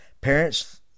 parents